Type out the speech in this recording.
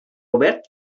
obert